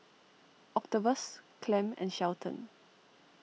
Octavius Clem and Shelton